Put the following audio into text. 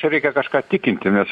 čia reikia kažką tikinti nes